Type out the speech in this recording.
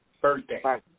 Birthday